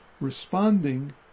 responding